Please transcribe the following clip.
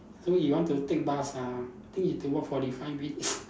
so you want to take bus ah I think you have to walk forty five minutes